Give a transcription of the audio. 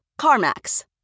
CarMax